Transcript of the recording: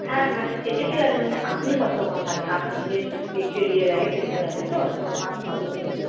হ্যাঁ মানে সেইটা ঠিক আছে মানে আপনি কতক্ষণ থাকে আপনি যে ইয়ে দেখেন পেশেন্ট দেখেন তো তো আপনি কতক্ষণ থাকেন